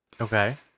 Okay